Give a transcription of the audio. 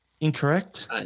Incorrect